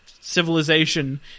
civilization